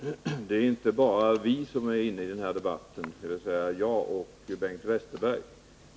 Herr talman! Det är inte bara vi, dvs. Bengt Westerberg och jag, som är inne i den här debatten.